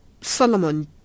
Solomon